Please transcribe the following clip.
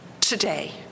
Today